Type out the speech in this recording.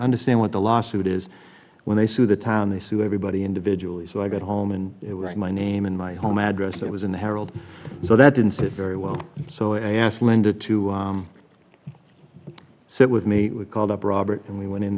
understand what the lawsuit is when they sue the town they sue everybody individually so i got home and my name in my home address that was in the herald so that didn't sit very well so i asked linda to sit with me we called up robert and we went in